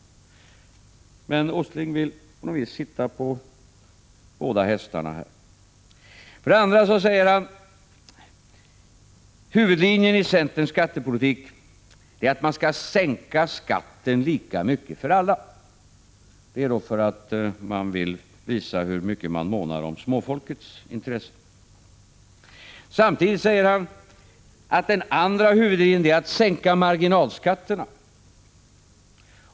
Nils Åsling vill på något sätt sitta på båda hästarna. För det andra påstår Nils Åsling att den ena huvudlinjen i centerns skattepolitik är att sänka skatten lika mycket för alla — detta för att man vill visa hur mycket man månar om småfolkets intressen. Samtidigt säger han att den andra huvudlinjen är att sänka marginalskatterna.